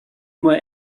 more